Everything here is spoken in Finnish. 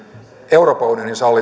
euroopan unionin sallima